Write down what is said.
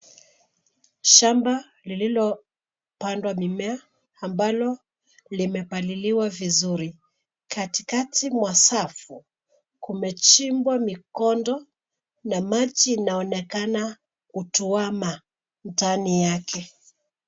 Shamba lililopandwa mimea ambalo limepaliliwa vizuri. Katikati mwa safu kumechimbwa mikondo na maji inaonekana utuwama mtaani yake.